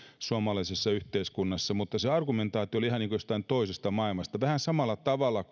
suomalaisessa yhteiskunnassa mutta se argumentaatio oli ihan kuin jostain toisesta maailmasta vähän samalla tavalla